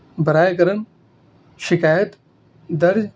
برائے کرم شکایت درج